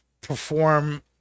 perform